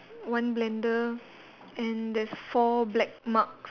one blender and there's four black marks